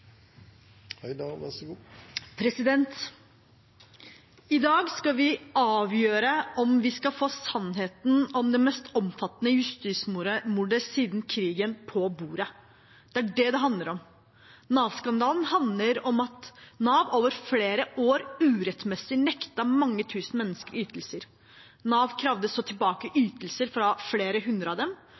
I dag skal vi avgjøre om vi skal få sannheten om det mest omfattende justismordet siden krigen på bordet. Det er det det handler om. Nav-skandalen handler om at Nav over flere år urettmessig nektet mange tusen mennesker ytelser. Nav krevde tilbake ytelser fra flere hundre av dem,